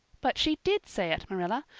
but she did say it, marilla.